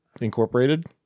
Incorporated